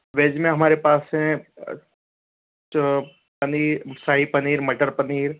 veg में हमारे पास हैं ट पनीर शाही पनीर मटर पनीर